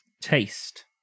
Taste